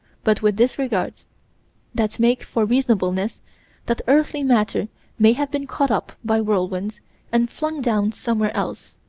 but with disregards that make for reasonableness that earthy matter may have been caught up by whirlwinds and flung down somewhere else.